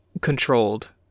controlled